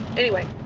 anyway,